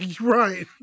Right